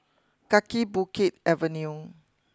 Kaki Bukit Avenue